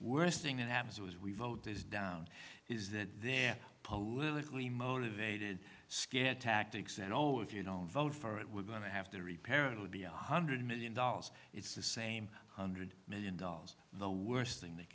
worst thing that happens is we vote is down is that there are literally motivated scare tactics and oh if you don't vote for it we're going to have to repair it would be a hundred million dollars it's the same hundred million dollars the worst thing that